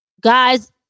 Guys